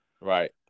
Right